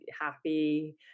happy